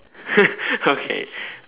okay